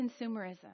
consumerism